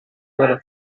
dalla